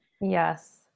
Yes